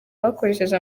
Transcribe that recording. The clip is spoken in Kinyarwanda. bakoresheje